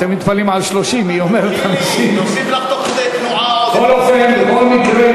אתם מתפלאים על 30. בכל מקרה,